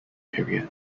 period